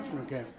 Okay